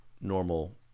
Normal